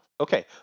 Okay